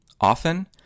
often